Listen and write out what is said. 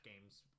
games